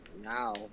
now